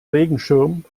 regenschirm